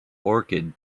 orchid